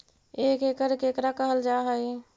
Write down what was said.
एक एकड़ केकरा कहल जा हइ?